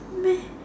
no meh